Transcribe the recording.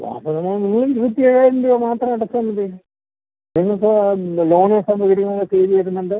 അല്ല ആ സമയം നിങ്ങൾ ഇരുപത്തിയേഴായിരം രൂപ മാത്രം അടച്ചാൽ മതി നിങ്ങൾക്ക് ലോൺ എടുക്കാൻ വീടിനുള്ള തീയതി വരുന്നുണ്ട്